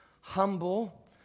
humble